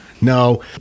No